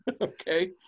Okay